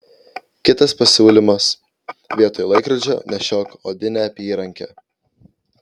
kitas pasiūlymas vietoj laikrodžio nešiok odinę apyrankę